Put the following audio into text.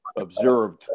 observed